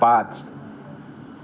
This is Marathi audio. पाच